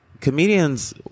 comedians